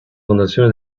fondazione